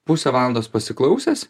pusę valandos pasiklausęs